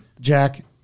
Jack